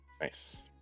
nice